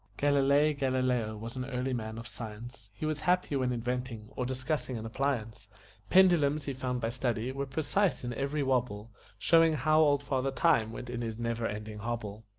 galilei galileo was an early man of science he was happy when inventing, or discussing an appliance pendulums, he found by study, were precise in every wobble showing how old father time went in his never-ending hobble.